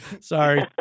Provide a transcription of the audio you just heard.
Sorry